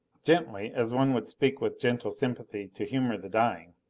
gently, as one would speak with gentle sympathy to humor the dying.